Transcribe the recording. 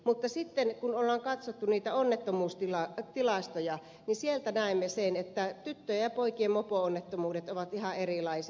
mutta sitten kun olemme katsoneet niitä onnettomuustilastoja sieltä näemme sen että tyttöjen ja poikien mopo onnettomuudet ovat ihan erilaisia